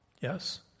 Yes